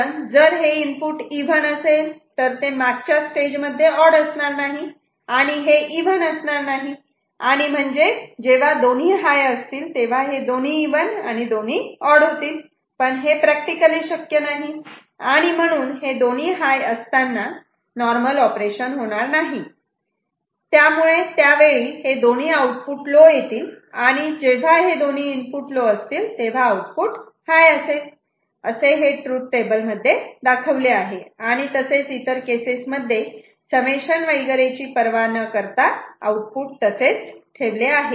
कारण जर हे इनपुट इव्हन असेल तर ते मागच्या स्टेजमध्ये ऑड असणार नाही आणि हे इव्हन असणार नाही आणि म्हणजे जेव्हा दोन्ही हाय असतील तेव्हा दोन्ही इव्हन आणि दोन्ही ऑड होतील पण हे प्रॅक्टिकली शक्य नाही आणि म्हणून हे दोन्ही हाय असताना नॉर्मल ऑपरेशन होणार नाही त्यामुळे त्यावेळी हे दोन्ही आउटपुट लो येतील आणि जेव्हा हे दोन्ही इनपुट लो असतील तेव्हा आउटपुट हाय असेल असे हे तृथ टेबल मध्ये दाखवले आहे आणि तसेच इतर केसेसमध्ये समेशन वगैरेची परवा न करता आउटपुट तसेच ठेवले आहे